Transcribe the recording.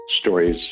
stories